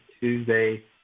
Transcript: Tuesday